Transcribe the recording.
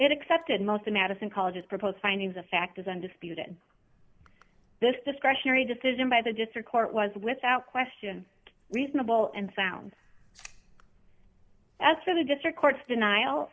it accepted most a madison college's proposed findings of fact as undisputed this discretionary decision by the district court was without question reasonable and sound as for the district courts denial